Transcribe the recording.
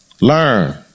learn